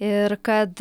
ir kad